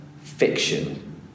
fiction